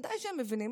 בוודאי שהם מבינים.